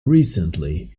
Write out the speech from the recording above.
recently